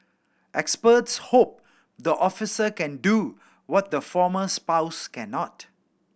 experts hope the officer can do what the former spouse cannot